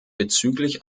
bezüglich